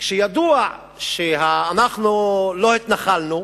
כשידוע שאנחנו לא התנחלנו,